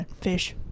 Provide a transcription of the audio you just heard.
fish